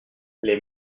les